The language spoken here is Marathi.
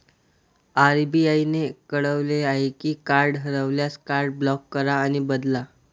आर.बी.आई ने कळवले आहे की कार्ड हरवल्यास, कार्ड ब्लॉक करा आणि बदला